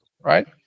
right